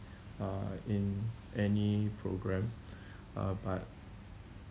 uh in any program uh but